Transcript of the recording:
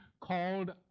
called